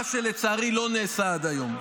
מה שלצערי לא נעשה עד היום.